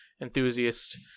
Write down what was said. enthusiast